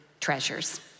treasures